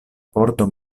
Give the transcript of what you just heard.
pordo